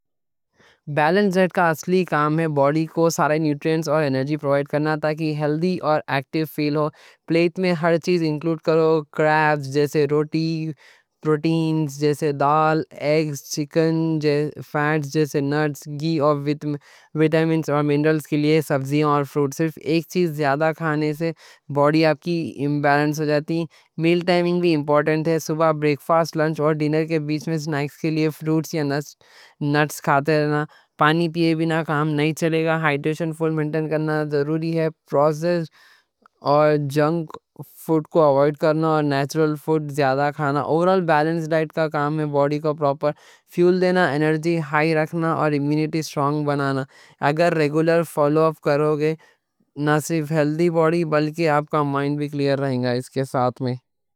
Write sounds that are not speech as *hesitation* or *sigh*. بیلنسڈ ڈائٹ کا اصلی کام ہے باڈی کو سارے نیوٹریئنٹس اور انرجی پرووائیڈ کرنا تاکہ ہیلدی اور ایکٹیو فیل ہو۔ پلیٹ میں ہر چیز انکلوڈ کرو: کاربز جیسے روٹی، پروٹینز جیسے دال، انڈے، چکن، فیٹس جیسے گھی، نٹس یا *hesitation* وٹامنز اور منرلز کے لیے سبزیاں اور فروٹ۔ صرف ایک چیز زیادہ کھانے سے باڈی آپ کی امبیلنس ہو جاتی۔ میل ٹائمنگ بھی امپورٹنٹ ہے، صبح بریک فاسٹ، لنچ اور ڈنر کے بیچ میں سناکس کے لیے فروٹ یا نٹس کھاتے رہنا۔ پانی پیئے بِنا کام نہیں چلے گا، ہائیڈریشن مینٹین کرنا ضروری ہے۔ پروسسڈ اور جنک فوڈ کو اوائڈ کرنا اور نیچرل فوڈ زیادہ کھانا۔ اورال بیلنسڈ ڈائٹ کا کام ہے باڈی کو پراپر فیول دینا، انرجی ہائی رکھنا اور امیونٹی اسٹرونگ بنانا۔ اگر ریگولر فالو اپ کرو گے، نہ صرف ہیلدی باڈی بلکہ آپ کا مائنڈ بھی کلیر رہیں گا۔